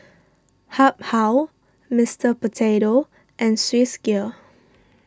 Habhal Mister Potato and Swissgear